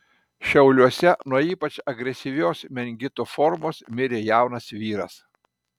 šiauliuose nuo ypač agresyvios meningito formos mirė jaunas vyras